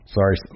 Sorry